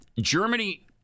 Germany